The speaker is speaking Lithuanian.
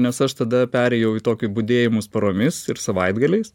nes aš tada perėjau į tokį budėjimus paromis ir savaitgaliais